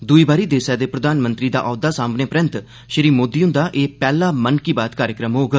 दुई बारी देसै दे प्रधानमंत्री दा औहद्वा सांभने परैन्त श्री मोदी हुंदा एह पैह्ला मन की बात कार्यक्रम हाग